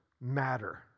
matter